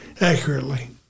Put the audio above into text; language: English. accurately